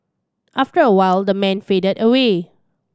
after a while the man faded away